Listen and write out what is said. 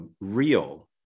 real